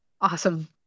Awesome